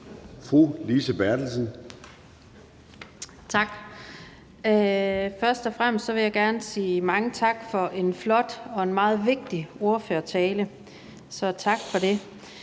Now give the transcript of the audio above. Lise Bertelsen (KF): Tak. Først og fremmest vil jeg gerne sige mange tak for en flot og meget vigtig ordførertale, så tak for det.